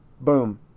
Boom